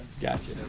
Gotcha